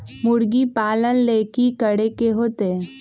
मुर्गी पालन ले कि करे के होतै?